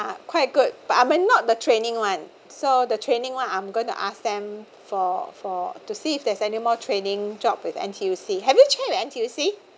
quite good but I'm not the training one so the training one I'm going to ask them for for to see if there's any more training job with N_T_U_C have you checked with N_T_U_C